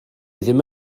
ddim